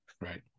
Right